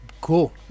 Cool